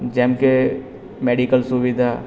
જેમકે મેડિકલ સુવિધા